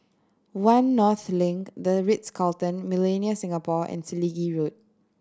One North Link The Ritz Carlton Millenia Singapore and Selegie Road